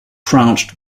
crouched